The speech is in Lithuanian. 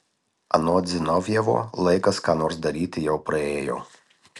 anot zinovjevo laikas ką nors daryti jau praėjo